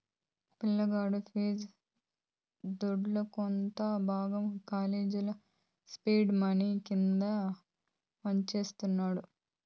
పిలగాల్ల ఫీజు దుడ్డుల కొంత భాగం కాలేజీల సీడ్ మనీ కింద వుంచతండారు